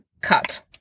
Cut